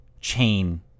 chain